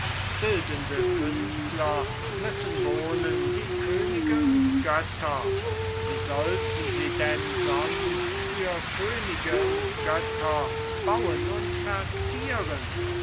bildende künstler müssen wohnen wie könige und götter wie wollten sie denn sonst für könige und götter bauen und verzieren